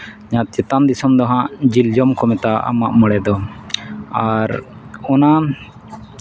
ᱚᱱᱟ ᱪᱮᱛᱟᱱ ᱫᱤᱥᱚᱢ ᱫᱚ ᱦᱟᱸᱜ ᱡᱤᱞ ᱡᱚᱢ ᱠᱚ ᱢᱮᱛᱟᱣᱟᱜᱼᱟ ᱢᱟᱜ ᱢᱚᱬᱮ ᱫᱚ ᱟᱨ ᱚᱱᱟ